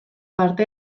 parte